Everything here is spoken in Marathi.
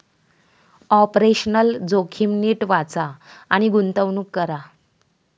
ऑपरेशनल जोखीम नीट वाचा आणि गुंतवणूक करा